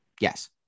Yes